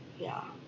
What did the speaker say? yeah